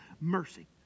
mercy